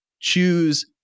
choose